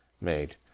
made